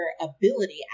ability